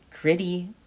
gritty